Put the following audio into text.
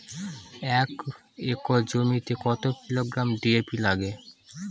এক একর জমিতে কত কিলোগ্রাম ডি.এ.পি লাগে?